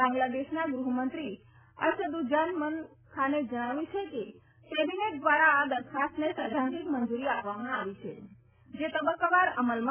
બાંગ્લાદેશના ગ્રહમંત્રી અસદુઝામન ખાને જણાવ્યું કે કેબિનેટ દ્વારા આ દરખાસ્તને સૈદ્ધાંતિક મંજૂરી આપવામાં આવી છેજે તબક્કાવાર અમલમાં આવશે